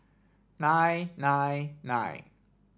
nine nine nine